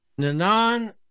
Nanan